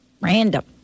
Random